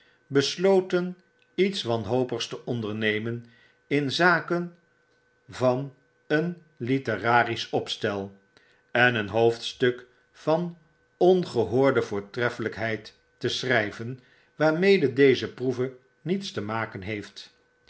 besloten iets wanhopigs te ondernemen in zake van een literarisch opstel en een hoofdstuk van ongehoorde voortreffelpheid te schryven waarmede deze proeve niets te maken heeft